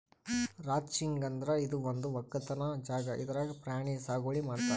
ranching ಅಂದ್ರ ಇದು ಒಂದ್ ವಕ್ಕಲತನ್ ಜಾಗಾ ಇದ್ರಾಗ್ ಪ್ರಾಣಿ ಸಾಗುವಳಿ ಮಾಡ್ತಾರ್